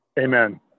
Amen